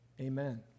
amen